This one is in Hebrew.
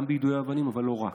גם ביידוי אבנים אבל לא רק,